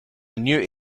new